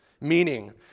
meaning